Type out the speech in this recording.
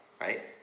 right